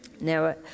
Now